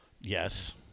yes